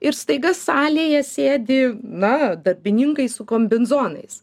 ir staiga salėje sėdi na darbininkai su kombinzonais